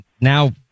now